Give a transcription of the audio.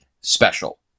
special